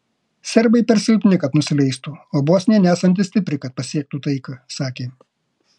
serbai per silpni kad nusileistų o bosnija nesanti stipri kad pasiektų taiką sakė